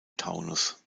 taunus